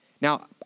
Now